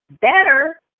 better